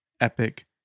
epic